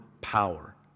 power